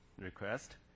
request